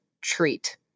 treat